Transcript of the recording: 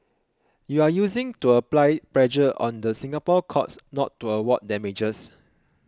you are using to apply pressure on the Singapore courts not to award damages